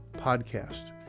Podcast